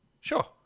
sure